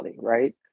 right